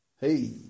hey